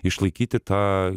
išlaikyti tą